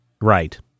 Right